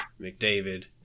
McDavid